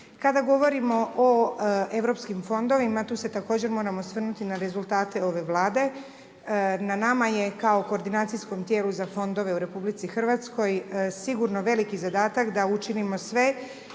Kada govorimo o europskim fondovima, tu se također moram osvrnuti na rezultate ove Vlade. Na nama je kao koordinacijskom tijelu za fondove u RH sigurno veliki zadatak da učinimo sve